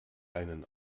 einen